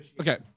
Okay